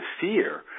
fear